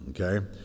okay